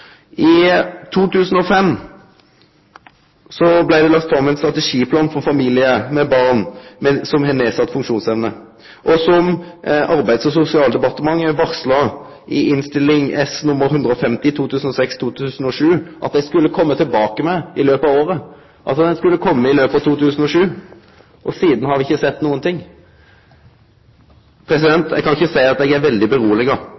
I 2005 blei det lagt fram ein strategiplan for familiar med barn som har nedsett funksjonsevne. Arbeids- og sosialdepartementet varsla i samband med Innst. S. nr. 150 for 2006–2007 at dei skulle komme tilbake i løpet av året, altså i løpet av 2007. Sidan har me ikkje sett noko. Eg kan ikkje seie at eg er veldig